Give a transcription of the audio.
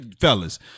fellas